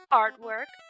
artwork